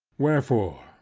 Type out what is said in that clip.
wherefore,